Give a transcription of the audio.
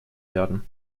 werden